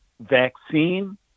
vaccine